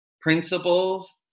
principles